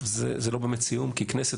זה לא באמת סיום כי כנסת,